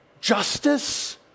justice